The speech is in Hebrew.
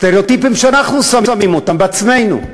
סטריאוטיפים שאנחנו שמים אותם בעצמנו.